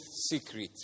secret